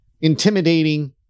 intimidating